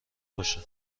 باشم